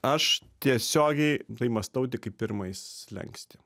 aš tiesiogiai tai mąstau tik kaip pirmąjį slenkstį